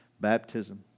Baptism